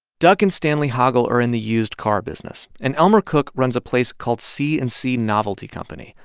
duck and stanley hoggle are in the used car business. and elmer cook runs a place called c and c novelty company,